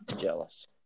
jealous